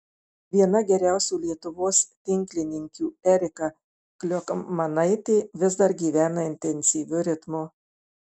viena geriausių lietuvos tinklininkių erika kliokmanaitė vis dar gyvena intensyviu ritmu